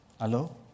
hello